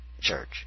church